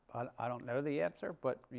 i don't know the answer. but you